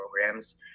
programs